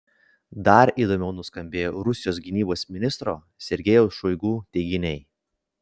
dar įdomiau nuskambėjo rusijos gynybos ministro sergejaus šoigu teiginiai